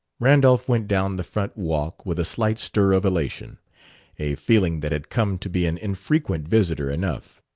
randolph went down the front walk with a slight stir of elation a feeling that had come to be an infrequent visitor enough.